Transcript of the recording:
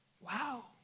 Wow